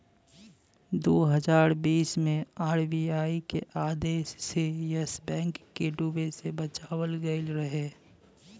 दू हज़ार बीस मे आर.बी.आई के आदेश से येस बैंक के डूबे से बचावल गएल रहे